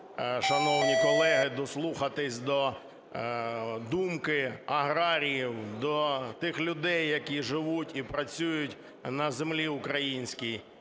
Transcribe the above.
шановні колеги, дослухатися до думки аграріїв, до тих людей, які живуть і працюють на землі українській.